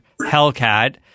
Hellcat